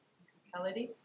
musicality